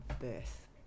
birth